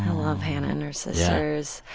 love hannah and her sisters.